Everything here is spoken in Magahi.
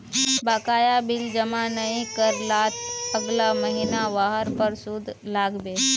बकाया बिल जमा नइ कर लात अगला महिना वहार पर सूद लाग बे